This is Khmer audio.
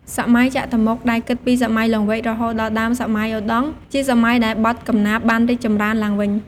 សម័យចតុម្មុខដែលគិតពីសម័យលង្វែក រហូតដល់ដើមសម័យឧត្តុង្គ ជាសម័យដែលបទកំណាព្យបានរីកចម្រើនឡើងវិញ។